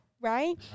right